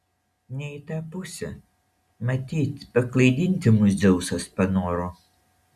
ne į tą pusę matyt paklaidinti mus dzeusas panoro